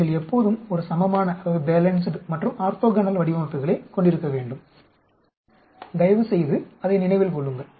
நீங்கள் எப்போதும் ஒரு சமமான மற்றும் ஆர்த்தோகனல் வடிவமைப்புகளைக் கொண்டிருக்க வேண்டும் தயவுசெய்து அதை நினைவில் கொள்ளுங்கள்